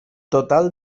total